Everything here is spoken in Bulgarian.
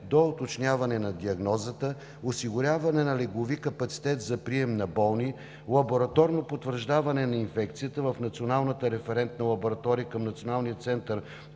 до уточняване на диагнозата; осигуряване на леглови капацитет за прием на болни; лабораторно потвърждение на инфекцията в Националната референтна лаборатория към Националния център